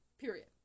Period